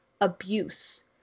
abuse